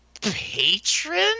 patron